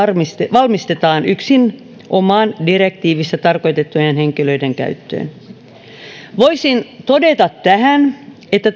valmistetaan yksinomaan direktiivissä tarkoitettujen henkilöiden käyttöön voisin todeta tähän että